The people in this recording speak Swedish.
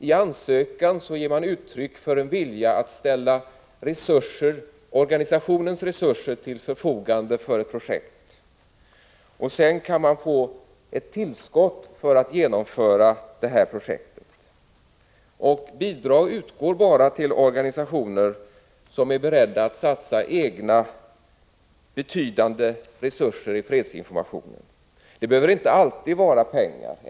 I ansökan ger man uttryck för en vilja att ställa organisationens resurser till förfogande för ett projekt. Sedan kan man få ett tillskott för att genomföra projektet. Bidrag utgår bara till organisationer som är beredda att satsa betydande egna resurser i fredsinformationen. Det behöver inte alltid vara pengar.